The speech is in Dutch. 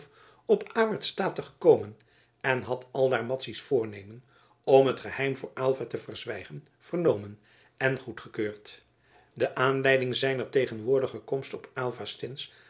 op awert state gekomen en had aldaar madzy's voornemen om het geheim voor aylva te verzwijgen vernomen en goedgekeurd de aanleiding zijner tegenwoordige komst op